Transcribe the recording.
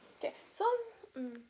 K so mm